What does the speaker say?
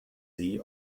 sie